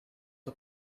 her